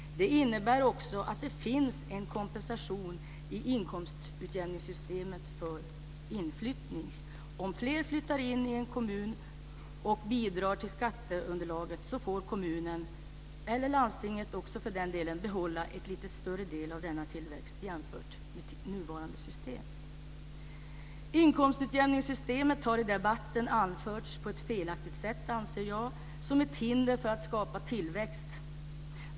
Det innebär också att det finns en kompensation i inkomstutjämningssystemet för inflyttning. Om fler flyttar in i en kommun och bidrar till skatteunderlaget får kommunen och landstinget behålla en lite större del av denna tillväxt jämfört med nuvarande system. Inkomstutjämningssystemet har i debatten belysts på ett felaktigt sätt, anser jag. Det har anförts som ett hinder för att skapa tillväxt.